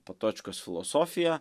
patočkos filosofiją